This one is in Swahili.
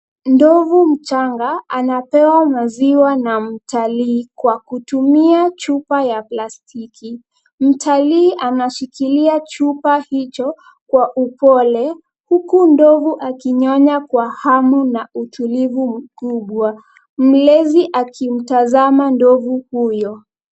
Ndovu mchanga, anapewa maziwa na mtalii, kwa kutumia chupa ya plastiki. Mtalii anashikilia chupa hicho, kwa upole, huku ndovu akinyonya kwa hamu, na utulivu mkubwa. Mlezi akimtazama ndovu huyo.